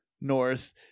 north